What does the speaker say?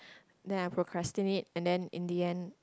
then I procrastinate and then in the end